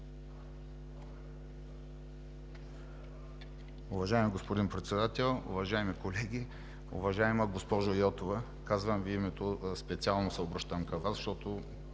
Уважаеми господин Председател, уважаеми колеги! Уважаема госпожо Йотова, специално се обръщам към Вас, защото